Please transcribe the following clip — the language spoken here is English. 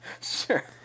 Sure